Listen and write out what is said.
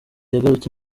yagarutse